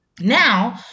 Now